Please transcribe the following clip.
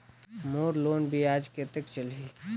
मोर loan ब्याज कतेक चलही?